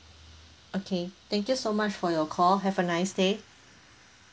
okay thank you so much for your call have a nice day